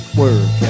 work